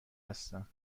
هستم